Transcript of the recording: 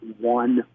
one